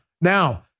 Now